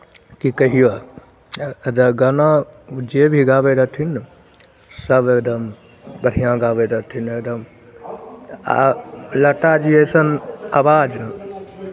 की कहिअह गाना ओ जे भी गाबैत रहथिन ने सभ एकदम बढ़िआँ गाबैत रहथिन एकदम आ लताजी अइसन आवाज